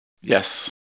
Yes